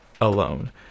alone